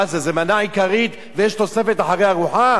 מה זה, זו מנה עיקרית ויש תוספת אחרי הארוחה?